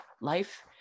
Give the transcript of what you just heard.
life